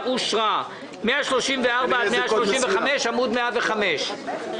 הצבעה בעד, פה אחד נגד, אין נמנעים, אין